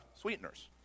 sweeteners